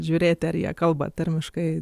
žiūrėti ar jie kalba tarmiškai